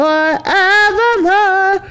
Forevermore